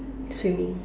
swimming